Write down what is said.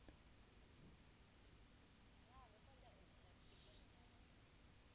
off things